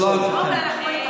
את לא רוצה, לא, אבל אנחנו רואים